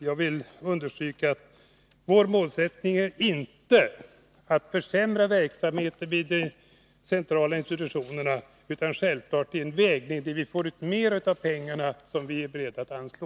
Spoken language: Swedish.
Jag vill understryka att vår målsättning inte är att försämra verksamheten vid de centrala institutionerna. Det är självfallet fråga om en avvägning syftande till att man skall få ut mer av de pengar som vi är beredda att anslå.